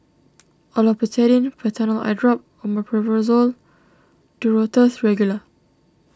Olopatadine Patanol Eyedrop Omeprazole and Duro Tuss Regular